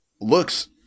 looks